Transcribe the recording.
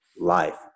life